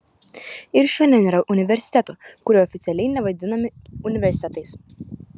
ir šiandien yra universitetų kurie oficialiai nevadinami universitetais